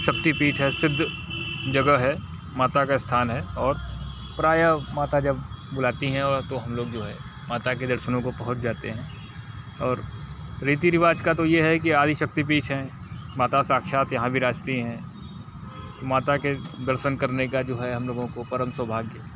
शक्तिपीठ है सिद्ध जगह है माता का स्थान है और प्रायः माता जब बुलाती हैं और तो हम लोग जो है माता के दर्शनों को पहुँच जाते हैं और रीति रिवाज़ का तो ये है कि आदिशक्तिपीठ है माता साक्षात यहाँ विराजती हैं माता के दर्शन करने का जो है हम लोगों को परम सौभाग्य